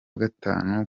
gatanu